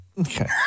Okay